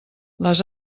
les